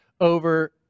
over